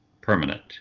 permanent